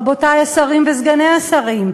רבותי השרים וסגני השרים: